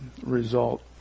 result